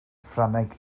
ffrangeg